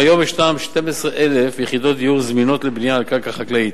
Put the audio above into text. כיום יש 12,000 יחידות דיור זמינות לבנייה על קרקע חקלאית,